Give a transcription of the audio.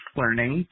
learning